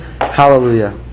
Hallelujah